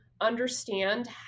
understand